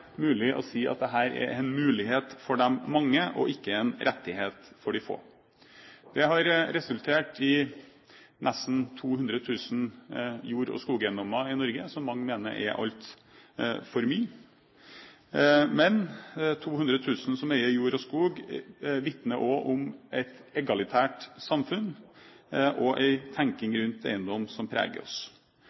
mulig å si at dette er en mulighet for de mange og ikke en rettighet for de få. Det har resultert i nesten 200 000 jord- og skogeiendommer i Norge, som mange mener er altfor mye. Men det at det er 200 000 som eier jord og skog, vitner også om et egalitært samfunn og en tenkning rundt eiendom som preger oss.